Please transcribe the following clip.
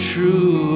True